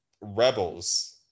Rebels